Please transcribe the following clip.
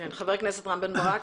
חבר הכנסת רם בן ברק.